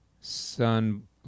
sun